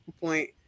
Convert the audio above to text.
point